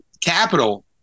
capital